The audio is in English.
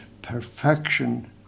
perfection